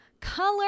Color